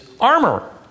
armor